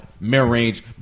mid-range